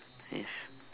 yes